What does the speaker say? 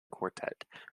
quartet